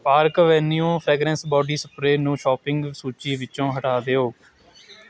park Avenue fragrance body spray ਨੂੰ shopping ਸੂਚੀ ਵਿੱਚੋਂ ਹਟਾ ਦਿਓ